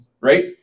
right